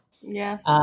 Yes